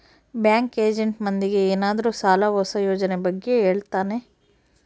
bank agent ಮಂದಿಗೆ ಏನಾದ್ರೂ ಸಾಲ ಹೊಸ ಯೋಜನೆ ಬಗ್ಗೆ ಹೇಳ್ತಾನೆ